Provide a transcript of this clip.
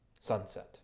sunset